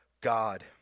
God